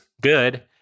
good